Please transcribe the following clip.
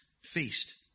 feast